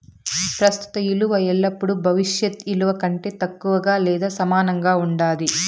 ప్రస్తుత ఇలువ ఎల్లపుడూ భవిష్యత్ ఇలువ కంటే తక్కువగా లేదా సమానంగా ఉండాది